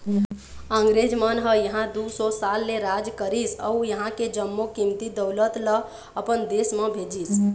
अंगरेज मन ह इहां दू सौ साल ले राज करिस अउ इहां के जम्मो कीमती दउलत ल अपन देश म भेजिस